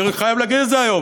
אני עוד חייב להגיד את זה היום.